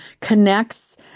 connects